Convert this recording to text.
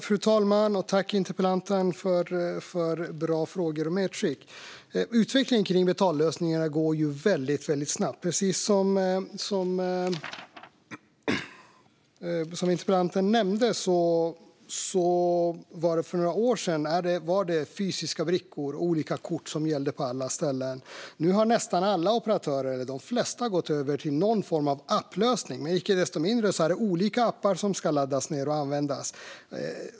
Fru talman! Tack, interpellanten, för bra frågor och medskick! Utvecklingen kring betallösningarna går väldigt snabbt. Precis som interpellanten nämnde var det för några år sedan fysiska brickor och olika kort som gällde på alla ställen. Nu har nästan alla operatörer gått över till någon form av applösning. Men icke desto mindre är det olika appar som ska laddas ned och användas.